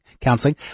counseling